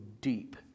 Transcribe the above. deep